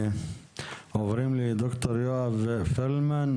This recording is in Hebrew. אנחנו עוברים לדוקטור יואב פרלמן,